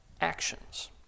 actions